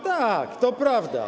Tak, to prawda.